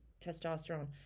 testosterone